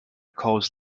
calls